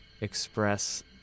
express